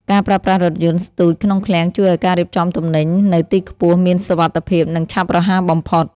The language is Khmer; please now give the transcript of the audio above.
ការប្រើប្រាស់រថយន្តស្ទូចក្នុងឃ្លាំងជួយឱ្យការរៀបចំទំនិញនៅទីខ្ពស់មានសុវត្ថិភាពនិងឆាប់រហ័សបំផុត។